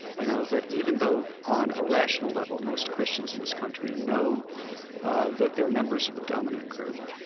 you know, that even though on a rational level most christians in this country know ah that they're members of the dominant group,